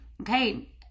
okay